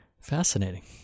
Fascinating